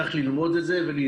צריך ללמוד את זה ולהיזהר.